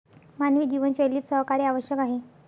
मानवी जीवनशैलीत सहकार्य आवश्यक आहे